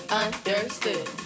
understood